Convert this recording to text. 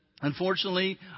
unfortunately